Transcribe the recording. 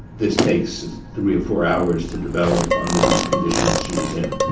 this takes three to four hours to develop under these conditions she was in.